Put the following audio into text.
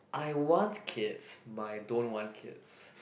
I want kids but I don't want kids